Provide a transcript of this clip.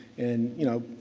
and, you know,